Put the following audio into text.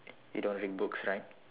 you don't read books right